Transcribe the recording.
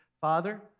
Father